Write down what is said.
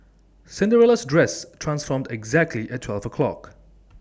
Cinderella's dress transformed exactly at twelve o'clock